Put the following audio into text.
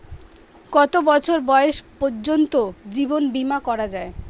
কত বছর বয়স পর্জন্ত জীবন বিমা করা য়ায়?